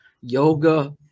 yoga